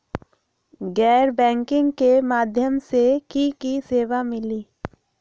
गैर बैंकिंग के माध्यम से की की सेवा मिली?